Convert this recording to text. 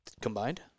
combined